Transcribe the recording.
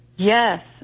Yes